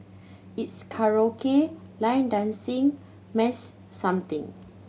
it's karaoke line dancing mass something